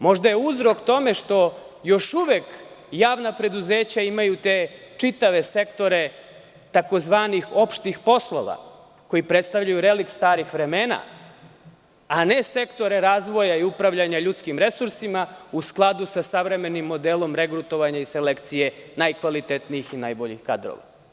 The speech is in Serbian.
Možda je uzrok tome što još uvek javna preduzeća imaju te čitave sektore tzv. opštih poslova koji predstavljaju relikt starih vremena, a ne sektore razvoja i upravljanja ljudskim resursima u skladu sa savremenim modelom regrutovanja i selekcije najkvalitetnijih i najboljih kadrova.